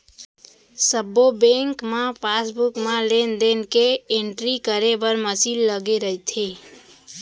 सब्बो बेंक म पासबुक म लेन देन के एंटरी करे बर मसीन लगे रइथे